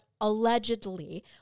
allegedly